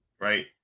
right